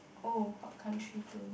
oh hot country to